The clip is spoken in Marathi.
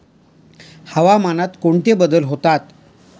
हवामानात कोणते बदल होतात?